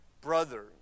brothers